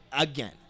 Again